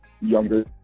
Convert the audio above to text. younger